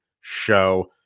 show